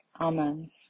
Amen